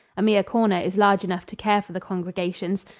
a mere corner is large enough to care for the congregations,